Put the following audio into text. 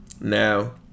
Now